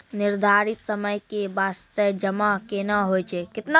निर्धारित समय के बास्ते जमा केना होय छै?